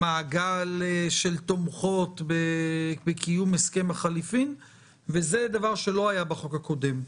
מעגל של תומכות בקיום הסכם החילופים וזה דבר שלא היה קיים בחוק הקודם.